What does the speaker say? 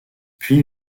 puis